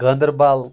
Ganderbal